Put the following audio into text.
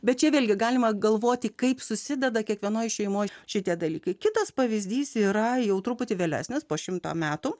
bet čia vėlgi galima galvoti kaip susideda kiekvienoje šeimoje šitie dalykai kitas pavyzdys yra jau truputį vėlesnis po šimto metų